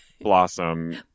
Blossom